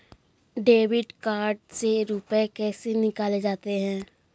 Debit card से रुपये कैसे निकाले जाते हैं?